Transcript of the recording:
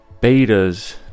betas